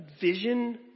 vision